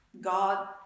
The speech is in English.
God